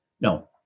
no